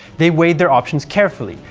they weighed their options carefully,